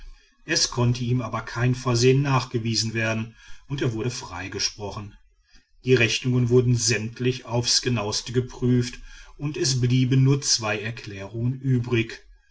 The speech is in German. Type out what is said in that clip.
es konnte ihm aber kein versehen nachgewiesen werden und er wurde freigesprochen die rechnungen wurden sämtlich aufs genauste geprüft und es blieben nur zwei erklärungen übrig